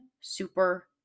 super